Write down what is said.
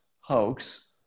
hoax